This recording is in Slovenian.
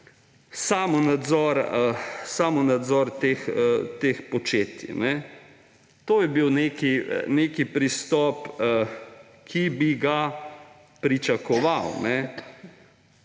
samonadzor teh početij. To bi bil nek pristop, ki bi ga pričakoval.